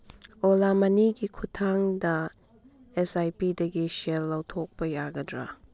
ꯑꯣꯂꯥ ꯃꯅꯤꯒꯤ ꯈꯨꯊꯥꯡꯗ ꯑꯦꯁ ꯑꯥꯏ ꯄꯤꯗꯒꯤ ꯁꯦꯜ ꯂꯧꯊꯣꯛꯄ ꯌꯥꯒꯗ꯭ꯔꯥ